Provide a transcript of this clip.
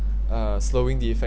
uh slowing the effect